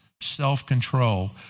self-control